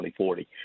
2040